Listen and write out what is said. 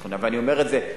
ואני אומר את זה,